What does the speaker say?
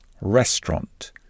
Restaurant